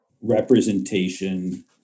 representation